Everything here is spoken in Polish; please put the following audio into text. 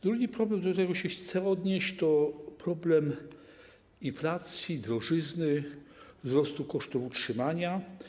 Drugi problem, do którego chcę się odnieść, to problem inflacji, drożyzny, wzrostu kosztów utrzymania.